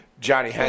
Johnny